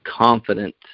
confident